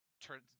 turns